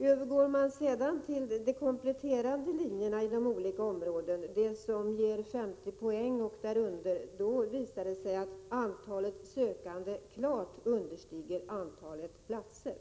Övergår man sedan till de kompletterande linjerna inom olika områden, de som ger 50 poäng och därunder, visar det sig att antalet sökande klart understiger antalet platser.